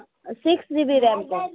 six GB ऱ्यामको